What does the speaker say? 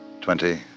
Twenty